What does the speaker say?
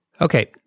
Okay